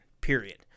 period